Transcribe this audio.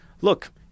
look